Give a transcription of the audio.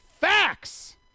Facts